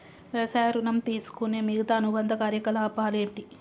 వ్యవసాయ ఋణం తీసుకునే మిగితా అనుబంధ కార్యకలాపాలు ఏమిటి?